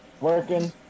working